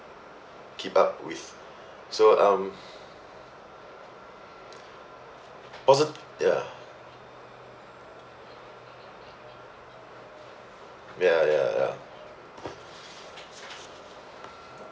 keep up with so um posit~ ya ya ya ya